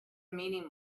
meeting